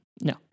no